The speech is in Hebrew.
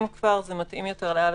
אם כבר זה מתאים יותר ל-(א1).